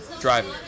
driving